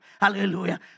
Hallelujah